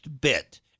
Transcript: bit